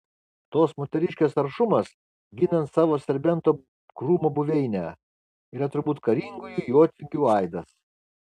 tos moteriškės aršumas ginant savo serbento krūmo buveinę yra turbūt karingųjų jotvingių aidas